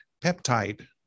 peptide